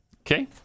Okay